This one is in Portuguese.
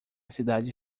cidade